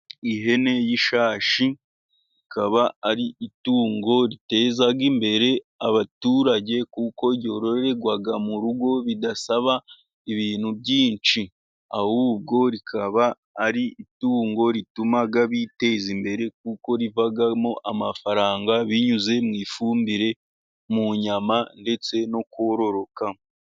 Ihene y'ishashi ikaba ari itungo riteza imbere abaturage, kuko ryorerwa mu rugo bidasaba ibintu byinshi, ahubwo rikaba ari itungo rituma biteza imbere, kuko rivamo amafaranga binyuze mu ifumbire, mu nyama ndetse no kuroroka.